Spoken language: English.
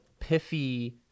piffy